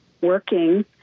working